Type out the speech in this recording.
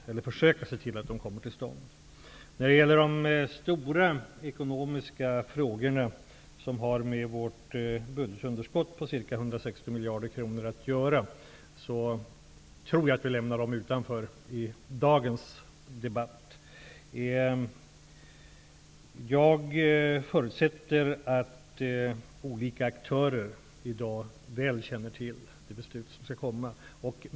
Jag tror att vi lämnar de stora ekonomiska frågorna utanför i dagens debatt, de som har att göra med vårt budgetunderskott på ca 160 miljarder kronor. Jag förutsätter att olika aktörer i dag väl känner till det beslut som skall komma.